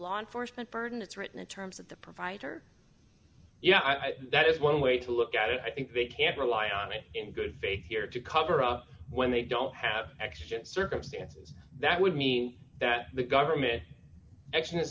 law enforcement burden it's written in terms of the provider yeah that is one way to look at it i think they can rely on me in good faith here to cover up when they don't have extreme circumstances that would mean that the government